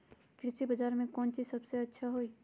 कृषि बजार में कौन चीज सबसे अच्छा होई?